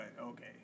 okay